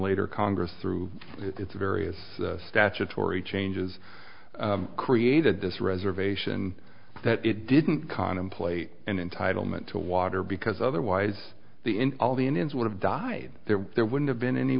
later congress through its various statutory changes created this reservation that it didn't contemplate an entitlement to water because otherwise the in all the indians would have died there there would have been any